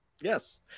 Yes